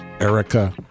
Erica